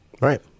Right